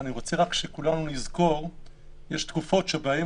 ואני רוצה שכולנו נזכור שיש תקופות שבהן